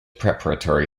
preparatory